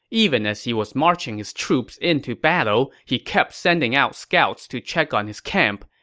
even as he was marching his troops into battle, he kept sending out scouts to check on his camp.